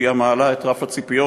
שהיא המעלה את רף הציפיות,